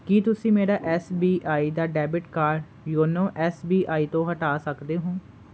ਕੀ ਤੁਸੀਂਂ ਮੇਰਾ S B I ਦਾ debit card YONO S B I ਤੋਂ ਹਟਾ ਸਕਦੇ ਹੋ